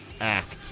Act